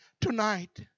Tonight